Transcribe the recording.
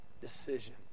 decision